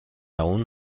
aun